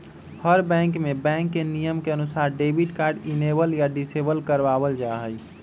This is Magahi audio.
हर बैंक में बैंक के नियम के अनुसार डेबिट कार्ड इनेबल या डिसेबल करवा वल जाहई